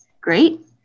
Great